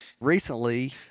recently